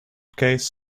case